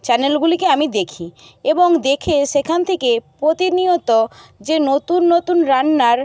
চ্যানেলগুলিকে আমি দেখি এবং দেখে সেখান থেকে প্রতিনিয়ত যে নতুন নতুন রান্নার